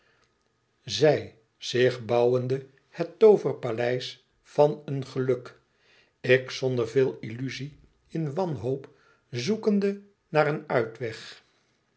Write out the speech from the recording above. zij zich bouwende het tooverpaleis van een geluk ik zonder veel illuzie in wanhoop zoekende naar een uitweg